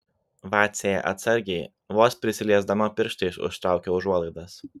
vacė atsargiai vos prisiliesdama pirštais užtraukia užuolaidas